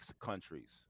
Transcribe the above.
countries